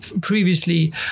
previously